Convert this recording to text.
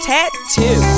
Tattoo